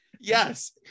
Yes